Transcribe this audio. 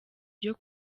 byo